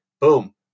Boom